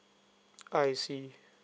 I see